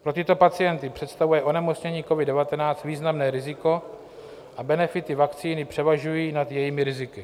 Pro tyto pacienty představuje onemocnění covid19 významné riziko a benefity vakcíny převažují nad jejími riziky.